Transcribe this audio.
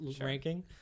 ranking